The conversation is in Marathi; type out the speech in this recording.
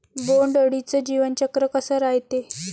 बोंड अळीचं जीवनचक्र कस रायते?